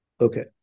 Okay